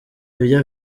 ibyo